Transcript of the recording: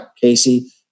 Casey